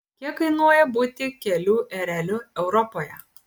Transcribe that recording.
kiek kainuoja būti kelių ereliu europoje